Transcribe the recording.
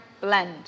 blend